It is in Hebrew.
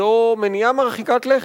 זו מניעה מרחיקת לכת,